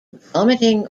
vomiting